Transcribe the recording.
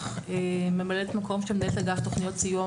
אני ממלאת מקום של מנהלת אגף תוכניות סיוע,